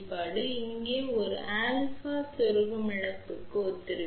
எனவே இங்கே α செருகும் இழப்புக்கு ஒத்திருக்கிறது